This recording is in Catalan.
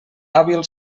hàbil